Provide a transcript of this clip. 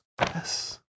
Yes